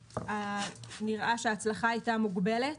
נראה שההצלחה של זה הייתה מוגבלת.